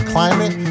Climate